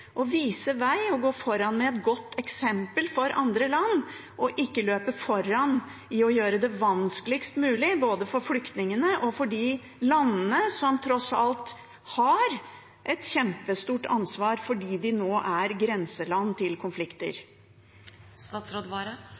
vei og gå foran med et godt eksempel for andre land, og ikke løpe foran i å gjøre det vanskeligst mulig både for flyktningene og for de landene som tross alt har et kjempestort ansvar fordi de nå er grenseland til